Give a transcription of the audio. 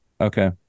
Okay